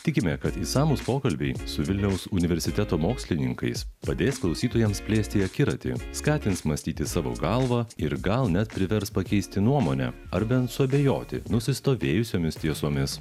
tikime kad išsamūs pokalbiai su vilniaus universiteto mokslininkais padės klausytojams plėsti akiratį skatins mąstyti savo galva ir gal net privers pakeisti nuomonę ar bent suabejoti nusistovėjusiomis tiesomis